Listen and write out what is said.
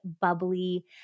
bubbly